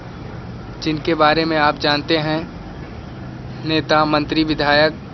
जिनके बारे में आप जानते हैं नेता मंत्री विधायक